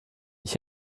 ich